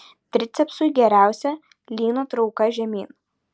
tricepsui geriausia lyno trauka žemyn